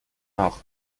nach